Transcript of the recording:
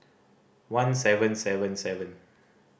one seven seven seven